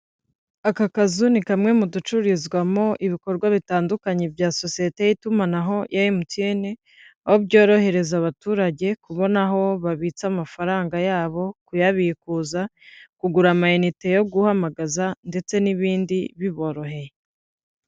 Aka kazu ni kamwe mu ducururizwamo ibikorwa bitandukanye bya sosiyete y'itumanaho ya MTN, aho byorohereza abaturage kubona aho babitsa amafaranga yabo, kuyabikuza, kugura amayinite yo guhamagaza ndetse n'ibindi, biboroheye.